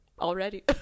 Already